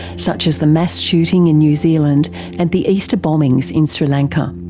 such as the mass shooting in new zealand and the easter bombings in sri lanka.